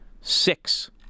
six